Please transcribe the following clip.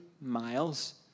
miles